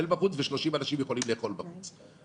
בחוץ ו-30 אנשים יכולים לאכול בחוץ,